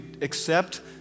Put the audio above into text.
accept